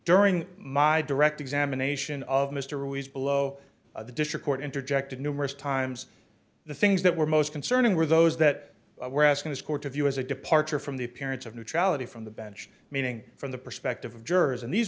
during my direct examination of mr ruiz below the district court interjected numerous times the things that were most concerning were those that were asking this court to view as a departure from the appearance of neutrality from the bench meaning from the perspective of jurors and these